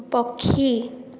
ପକ୍ଷୀ